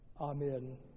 Amen